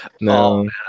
no